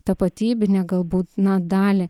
tapatybinę galbūt na dalį